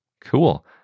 Cool